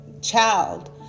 child